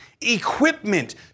equipment